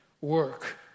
work